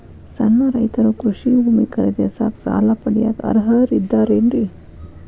ಸಣ್ಣ ರೈತರು ಕೃಷಿ ಭೂಮಿ ಖರೇದಿಸಾಕ, ಸಾಲ ಪಡಿಯಾಕ ಅರ್ಹರಿದ್ದಾರೇನ್ರಿ?